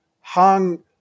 hung